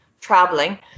traveling